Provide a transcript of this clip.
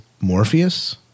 Morpheus